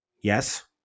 yes